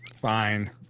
Fine